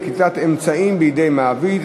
נקיטת אמצעים בידי מעביד),